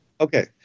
Okay